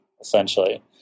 essentially